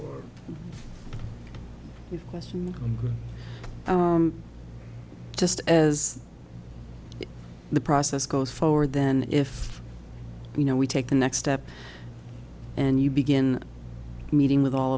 the question just as the process goes forward then if you know we take the next step and you begin meeting with all